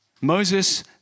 Moses